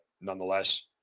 nonetheless